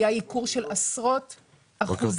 היה ייקור של עשרות אחוזים.